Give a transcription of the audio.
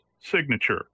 signature